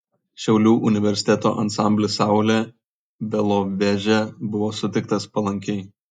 šiaulių universiteto ansamblis saulė beloveže buvo sutiktas palankiai